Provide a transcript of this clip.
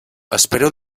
espero